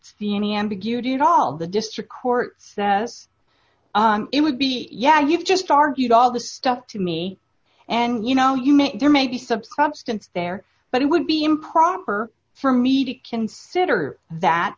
see any ambiguity at all the district court as it would be yeah you've just argued all the stuff to me and you know you meant there may be subscribe since there but it would be improper for me to consider that